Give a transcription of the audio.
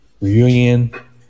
reunion